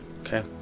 Okay